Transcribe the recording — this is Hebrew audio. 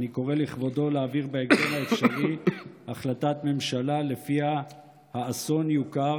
אני קורא לכבודו להעביר בהקדם האפשרי החלטת ממשלה שלפיה האסון יוכר